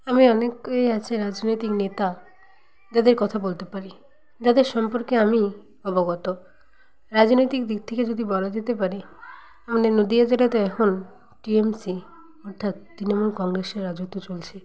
আমি অনেকেই আছে রাজনৈতিক নেতা যাদের কথা বলতে পারি যাদের সম্পর্কে আমি অবগত রাজনৈতিক দিক থেকে যদি বলা যেতে পারে আমদের নদিয়া জেলাতে এখন টিএমসি অর্থাৎ তৃণমূল কংগ্রেসের রাজত্ব চলছে